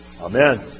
Amen